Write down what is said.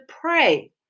pray